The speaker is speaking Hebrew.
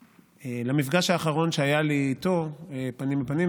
למפגש האחרון שהיה לי איתו פנים אל פנים.